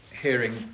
Hearing